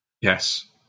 Yes